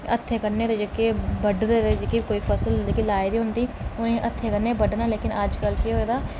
हत्थें कन्नै जेह्के बड्ढदे ते कोई फसल जेह्की लाई दी होंदी उनेंगी हत्थें कन्नै बड्ढना लेकिन अज्जकल केह् होए दा